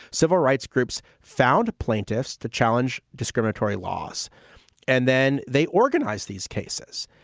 civil rights groups found plaintiffs to challenge discriminatory laws and then they organize these cases.